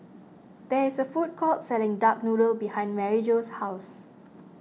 there is a food court selling Duck Noodle behind Maryjo's house